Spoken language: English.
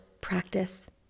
practice